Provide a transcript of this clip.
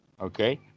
Okay